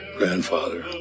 grandfather